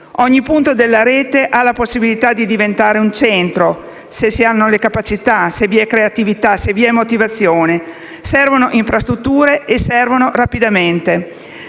Ogni punto della rete ha la possibilità di diventare un centro, se si hanno le capacità, se vi è creatività, se vi è motivazione. Servono infrastrutture e servono rapidamente.